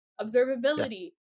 observability